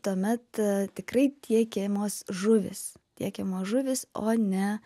tuomet tikrai tiekiamos žuvys tiekiamos žuvys o ne